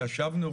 ישבנו,